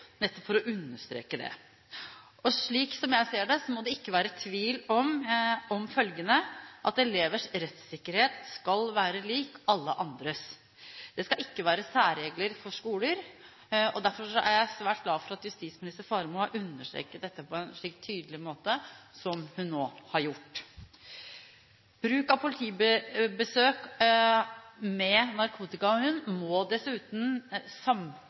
nettopp for å understreke det. Slik jeg ser det, må det ikke være tvil om følgende: Elevers rettssikkerhet skal være lik alle andres. Det skal ikke være særregler for skoler. Derfor er jeg svært glad for at justisminister Faremo har understreket dette på en slik tydelig måte, som hun nå har gjort. Bruk av politibesøk med narkotikahund må dessuten skje i samtykke med skolen, med elevråd, med foreldre og med skoleeier, og det må